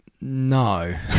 No